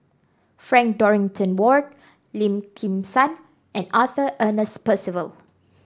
Frank Dorrington Ward Lim Kim San and Arthur Ernest Percival